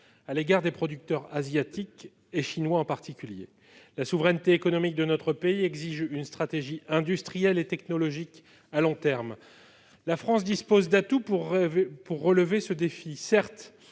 à l'égard des producteurs asiatiques et chinois en particulier. La souveraineté économique de notre pays exige une stratégie industrielle et technologique à long terme. La France dispose d'atouts pour relever ce défi. Certes,